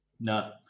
No